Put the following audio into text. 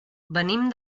venim